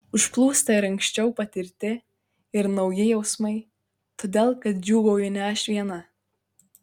užplūsta ir anksčiau patirti ir nauji jausmai todėl kad džiūgauju ne aš viena